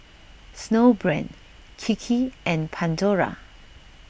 Snowbrand Kiki and Pandora